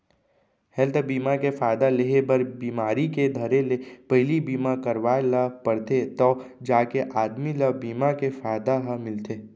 health बीमा के फायदा लेहे बर बिमारी के धरे ले पहिली बीमा करवाय ल परथे तव जाके आदमी ल बीमा के फायदा ह मिलथे